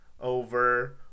over